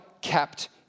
kept